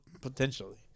potentially